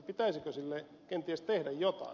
pitäisikö sille kenties tehdä jotakin